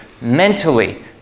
mentally